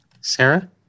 Sarah